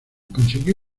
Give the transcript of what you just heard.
consiguió